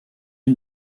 île